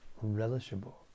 relishable